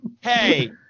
hey